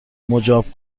مجاب